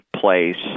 place